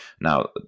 Now